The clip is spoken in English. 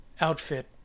outfit